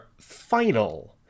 final